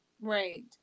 Right